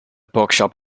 bookshop